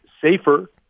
safer